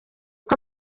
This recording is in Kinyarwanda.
uko